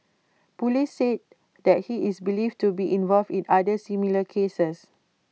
Police said that he is believed to be involved in other similar cases